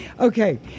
okay